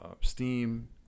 steam